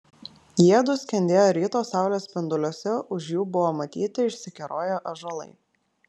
jiedu skendėjo ryto saulės spinduliuose už jų buvo matyti išsikeroję ąžuolai